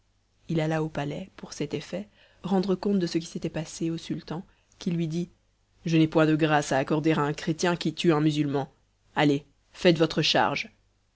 il alla au palais pour cet effet rendre compte de ce qui se passait au sultan qui lui dit je n'ai point de grâce à accorder à un chrétien qui tue un musulman allez faites votre charge